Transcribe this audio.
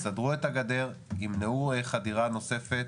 יסדרו את הגדר, ימנעו חדירה נוספת.